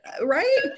right